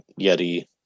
Yeti